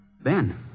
Ben